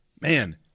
man